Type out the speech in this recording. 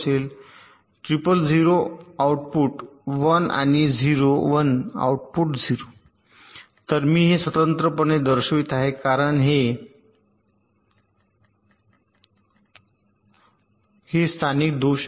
0 0 0 output 1 आणि हे 0 1 output 0 तर मी हे स्वतंत्रपणे दर्शवित आहे कारण हे स्थानिक दोष आहेत